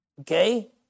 Okay